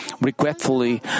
regretfully